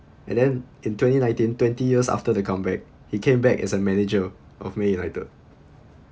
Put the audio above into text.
and then in twenty nineteen twenty years after the comeback he came back as a manager of man united